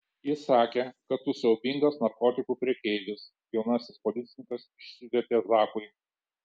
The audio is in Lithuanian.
ji sakė kad tu siaubingas narkotikų prekeivis jaunasis policininkas išsiviepė zakui